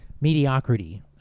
mediocrity